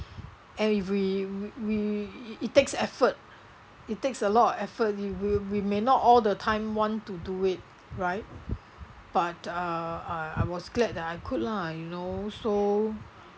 every~ we we we it takes effort it takes a lot of effort we will we may not all the time want to do it right but uh I I was glad that I could lah you know so